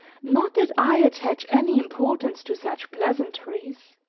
not that i attach any importance to such pleasantries,